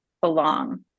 belong